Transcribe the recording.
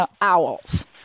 owls